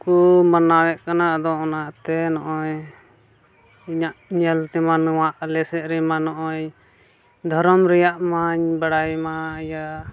ᱠᱚ ᱢᱟᱱᱟᱣᱮᱫ ᱠᱟᱱᱟ ᱟᱫᱚ ᱚᱱᱟᱛᱮ ᱱᱚᱜᱼᱚᱭ ᱤᱧᱟᱹᱜ ᱧᱮᱞ ᱛᱮᱢᱟ ᱱᱚᱣᱟ ᱟᱞᱮ ᱥᱮᱫ ᱨᱮᱢᱟ ᱱᱚᱜᱼᱚᱭ ᱫᱷᱚᱨᱚᱢ ᱨᱮᱭᱟᱜ ᱢᱟ ᱵᱟᱲᱟᱭ ᱢᱟ ᱤᱭᱟᱹ